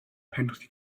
penalty